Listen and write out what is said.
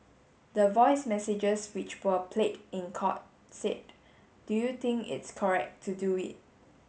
the voice messages which were played in court said do you think its correct to do it